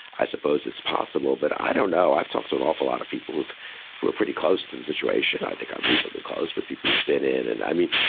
i suppose it's possible. but i don't know. i've talked to an awful lot of people who who are pretty close to the situation, i think are reasonably close. but people who built it and i mean,